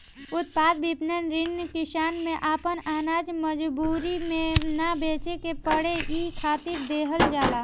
उत्पाद विपणन ऋण किसान के आपन आनाज मजबूरी में ना बेचे के पड़े इ खातिर देहल जाला